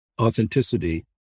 authenticity